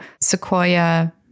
Sequoia